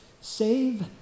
Save